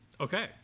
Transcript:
Okay